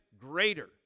greater